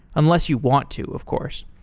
unless you want to, of course.